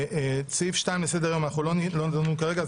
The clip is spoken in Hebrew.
בסעיף 2 לסדר-היום לא נדון כרגע.